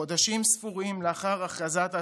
חודשים ספורים לאחר הכרזת העצמאות,